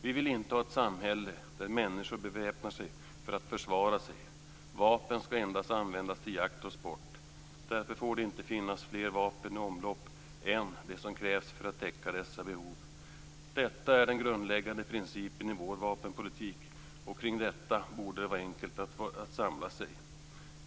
Vi vill inte ha ett samhälle där människor beväpnar sig för att försvara sig. Vapen ska endast användas till jakt och sport. Därför får det inte finnas fler vapen i omlopp än de som krävs för att täcka dessa behov. Detta är den grundläggande principen i vår vapenpolitik, och kring detta borde det vara enkelt att samla sig.